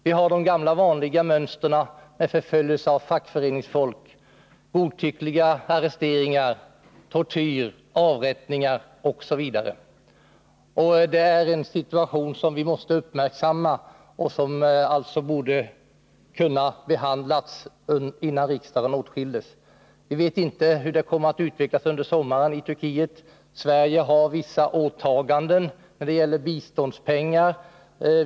Där följs det gamla vanliga mönstret med förföljelse av fackföreningsfolk, godtyckliga arresteringar, tortyr, avrättningar osv. Det är en situation som vi måste uppmärksamma och som alltså borde ha kunnat behandlas innan riksdagen åtskils. Vi vet inte hur situationen kommer att utvecklas i Turkiet under sommaren. Sverige har vissa åtaganden när det gäller biståndspengar.